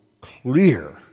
clear